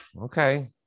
Okay